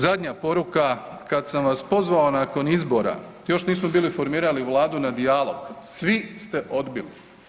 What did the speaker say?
Zadnja poruka kad sam vas pozvao nakon izbora, još nismo bili formirali vladu, na dijalog, svi ste odbili.